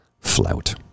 flout